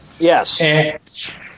Yes